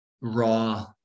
raw